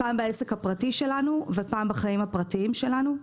פעם בעסק הפרטי שלנו, ופעם בחיים הפרטיים שלנו.